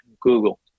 google